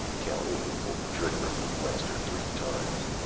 calhoun pulled the trigger of his blaster three times.